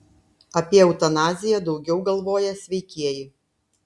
apie eutanaziją daugiau galvoja sveikieji